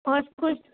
اور کچھ